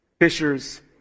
Fishers